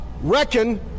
reckon